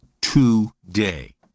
today